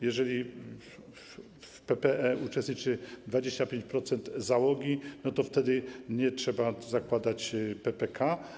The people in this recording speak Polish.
Jeżeli w PPE uczestniczy 25% załogi, to wtedy nie trzeba zakładać PPK.